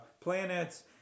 planets